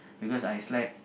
because I slept